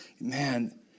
man